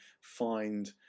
find